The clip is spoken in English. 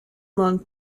long